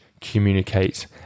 communicate